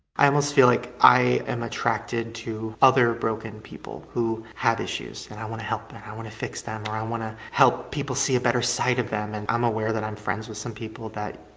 i almost feel like i am attracted to other broken people who have issues and i want to help and i want to fix them or i want to help people see a better side of them and i'm aware that i'm friends with some people that,